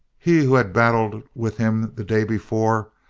he who had battled with him the day before,